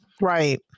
Right